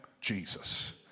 Jesus